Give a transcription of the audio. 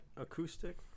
acoustic